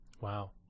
Wow